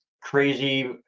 crazy